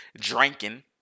drinking